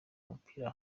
umupira